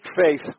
faith